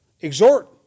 exhort